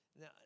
Now